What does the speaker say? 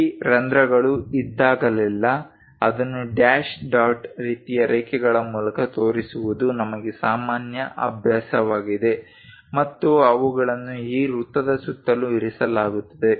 ಈ ರಂಧ್ರಗಳು ಇದ್ದಾಗಲೆಲ್ಲಾ ಅದನ್ನು ಡ್ಯಾಶ್ ಡಾಟ್ ರೀತಿಯ ರೇಖೆಗಳ ಮೂಲಕ ತೋರಿಸುವುದು ನಮಗೆ ಸಾಮಾನ್ಯ ಅಭ್ಯಾಸವಾಗಿದೆ ಮತ್ತು ಅವುಗಳನ್ನು ಈ ವೃತ್ತದ ಸುತ್ತಲೂ ಇರಿಸಲಾಗುತ್ತದೆ